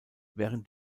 während